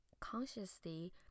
consciously